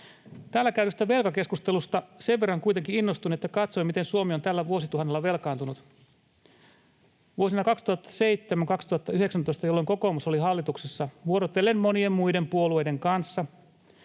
Täällä käydystä velkakeskustelusta sen verran kuitenkin innostuin, että katsoin, miten Suomi on tällä vuosituhannella velkaantunut. Vuosina 2007—2019, jolloin kokoomus oli hallituksessa vuorotellen monien muiden puolueiden kanssa,